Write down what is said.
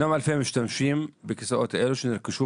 ישנם אלפי משתמשים בכיסאות אלו שנרכשו